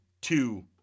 two